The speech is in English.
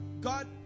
God